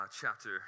chapter